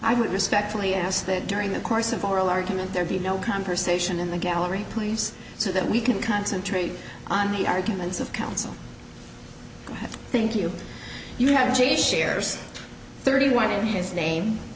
i would respectfully ask that during the course of oral argument there be no conversation in the gallery please so that we can concentrate on the arguments of counsel thank you you have a change shares thirty one in his name